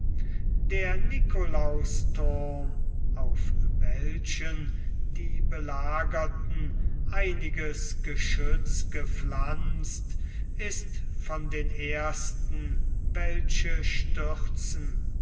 der nikolausthurm auf welchen die belagerten einiges geschütz gepflanzt ist von den ersten welche stürzen